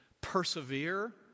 persevere